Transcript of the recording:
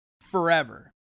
forever